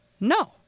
No